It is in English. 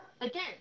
Again